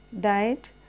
diet